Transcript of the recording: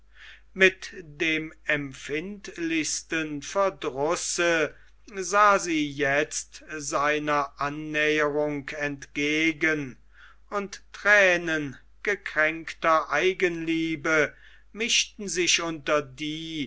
mit dem empfindlichsten verdrusse sah sie jetzt seiner annäherung entgegen und thränen gekränkter eigenliebe mischten sich unter die